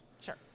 Sure